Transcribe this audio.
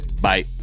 Bye